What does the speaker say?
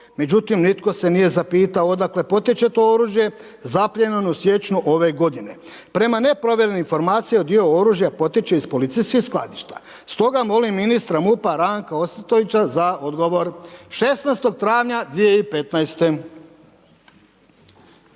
Međutim, nitko se nije zapitao odakle potječe to oružje zapljenjeno u siječnju ove godine. Prema nepravilnim informacijama dio oružja potječe iz policijskih skladišta. Stoga molim ministra MUP-a Ranka Ostojića, za odgovor, 16. travnja 2015.